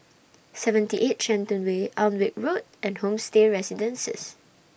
seventy eight Shenton Way Alnwick Road and Homestay Residences